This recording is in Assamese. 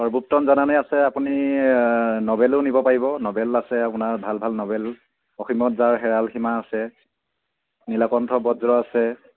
সৰ্বোত্তম জানানে আছে আপুনি নবেলো নিব পাৰিব নবেল আছে আপোনাৰ ভাল ভাল নবেল অসীমত যাৰ হেৰাল সীমা আছে নীলাকণ্ঠ বজ্ৰ আছে